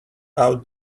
out